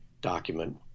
document